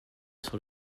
sur